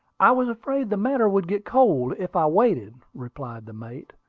i was afraid the matter would get cold if i waited, replied the mate,